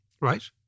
right